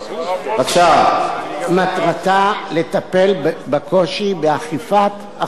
מטרתה לטפל בקושי באכיפת החוק בתוך